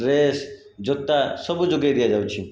dress ଜୋତା ସବୁ ଯୋଗେଇ ଦିଆଯାଉଛି